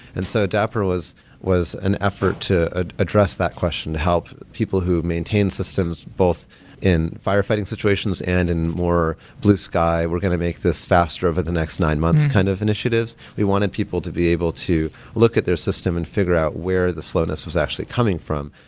and so dapper was was an effort to ah address that question. help people who maintain systems both in firefighting situations and in more blue sky, we're going to make this faster over the next nine months kind of initiatives we wanted people to be able to look at their system and figure out where the slowness was actually coming from.